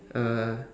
uh